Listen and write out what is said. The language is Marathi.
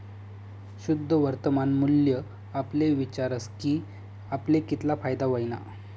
शुद्ध वर्तमान मूल्य आपले विचारस की आपले कितला फायदा व्हयना